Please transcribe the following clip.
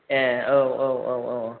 ए औ औ औ औ